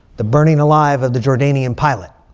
the burning alive of the jordanian pilot.